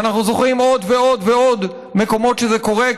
ואנחנו זוכרים עוד ועוד ועוד מקומות שזה קורה בהם,